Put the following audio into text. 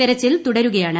തെരച്ചിൽ തുടരുകയാണ്